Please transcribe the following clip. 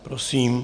Prosím.